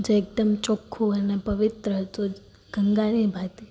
જે એકદમ ચોક્ખું હોય અને પવિત્ર હતું ગંગાની ભાતી